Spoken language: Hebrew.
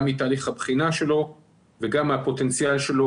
גם מתהליך הבחינה שלו וגם מהפוטנציאל שלו